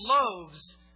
loaves